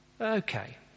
Okay